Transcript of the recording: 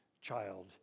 child